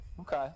okay